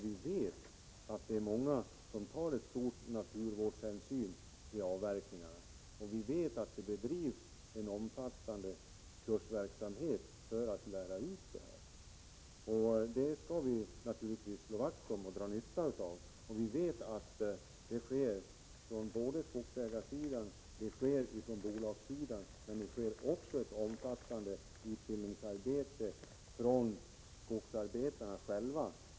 Vi vet att det är många som tar stora naturvårdshänsyn i avverkningarna och att det bedrivs en omfattande kursverksamhet för att lära ut hur man skall gå till väga. Naturligtvis skall vi slå vakt om och dra nytta av detta. Vi vet att man är aktiv på skogsägarsidan och på bolagssidan och att det sker ett omfattande utbildningsarbete bland skogsarbetarna själva.